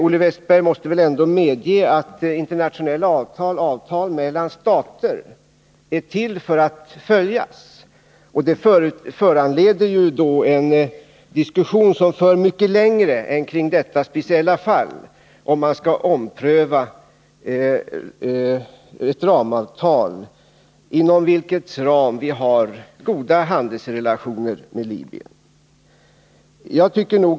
Olle Wästberg i Stockholm måste väl ändå medge att internationella avtal, avtal mellan stater, är till för att följas. Det föranleder då en diskussion som för mycket längre än när det gäller detta speciella avtal. Skall vi ompröva ett ramavtal, inom vars ram vi har goda handelsrelationer med Libyen?